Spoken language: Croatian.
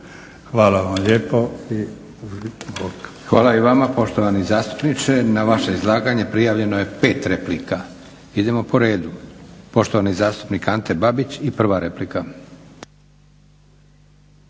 Hvala vam lijepo. **Leko, Josip (SDP)** Hvala i vama poštovani zastupniče. Na vaše izlaganje prijavljeno je 5 replika. Idemo po redu. Poštovani zastupnik Ante Babić i prva replika.